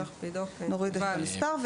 נוריד את המספר.